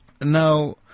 Now